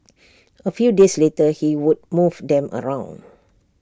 A few days later he would move them around